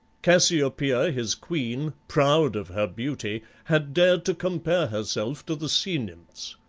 cassiopeia his queen, proud of her beauty, had dared to compare herself to the sea nymphs,